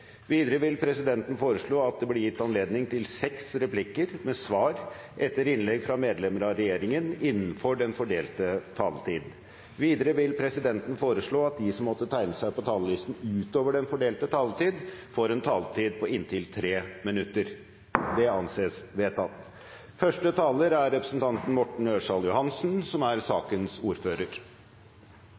Videre vil presidenten foreslå at det blir gitt anledning til seks replikker med svar etter innlegg fra medlemmer av regjeringen innenfor den fordelte taletid. Videre vil presidenten foreslå at de som måtte tegne seg på talerlisten utover den fordelte taletid, får en taletid på inntil 3 minutter. – Det anses vedtatt. Forslagsstillerne tar opp et viktig spørsmål: behovet for beredskapslagring av matkorn. Det er riktig, som